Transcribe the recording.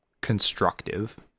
constructive